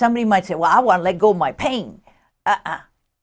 somebody might say wow or let go my pain